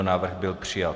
Návrh byl přijat.